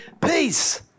Peace